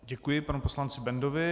Děkuji panu poslanci Bendovi.